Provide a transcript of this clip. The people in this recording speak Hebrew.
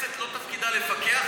מה, הכנסת, לא תפקידה לפקח?